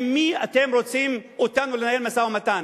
עם מי אתם רוצים שאני אנהל משא-ומתן?